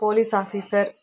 police officer